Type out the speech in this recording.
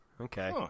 okay